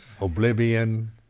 Oblivion